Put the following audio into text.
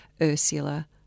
Ursula